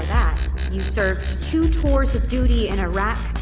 you served two tours of duty in iraq,